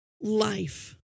life